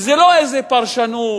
וזה לא איזה פרשנות,